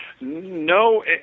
No